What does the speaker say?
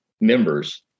members